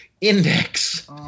index